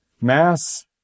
mass